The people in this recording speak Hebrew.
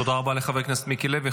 תודה רבה לחבר הכנסת מיקי לוי.